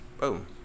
Boom